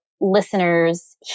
listeners